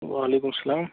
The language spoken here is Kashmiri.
وعلیکُم السلام